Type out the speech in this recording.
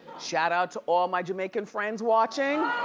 shout out to all my jamaican friends watching.